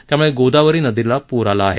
त्यामुळे गोदावरी नदीला पूर आला आहे